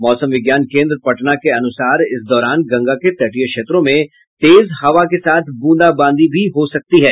मौसम विज्ञान केंद्र पटना के अनुसार इस दौरान गंगा के तटीय क्षेत्रों में तेज हवा के साथ ब्रंदाबांदी भी हो सकती है